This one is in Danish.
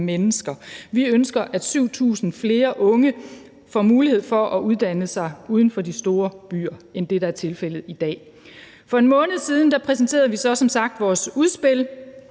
mennesker. Vi ønsker, at 7.000 flere unge får mulighed for at uddanne sig uden for de store byer end det, der er tilfældet i dag. For en måned siden præsenterede vi som sagt vores udspil